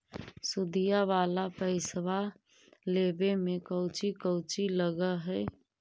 सुदिया वाला पैसबा लेबे में कोची कोची लगहय?